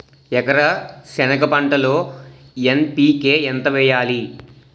ఎకర సెనగ పంటలో ఎన్.పి.కె ఎంత వేయాలి?